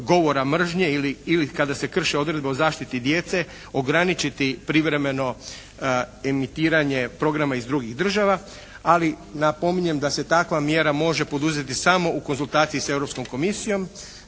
govora mržnje ili kada se krše odredbe o zaštiti djece ograničiti privremeno emitiranje programa iz drugih država, ali napominjem da se takva mjera može poduzeti samo u konzultaciji s Europskom komisijom.